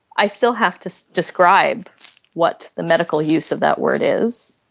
i still have to describe what the medical use of that word is.